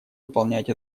выполнять